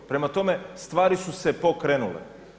Prema tome stvari su se pokrenule.